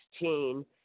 2016